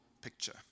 picture